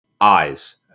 eyes